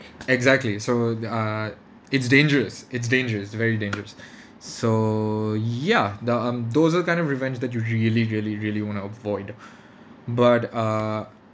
exactly so err it's dangerous it's dangerous very dangerous so ya the um those are the kind of revenge that you really really really want to avoid but err